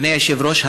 אדוני היושב-ראש,